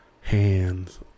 hands